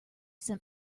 sent